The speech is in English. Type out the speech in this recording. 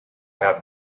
have